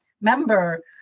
member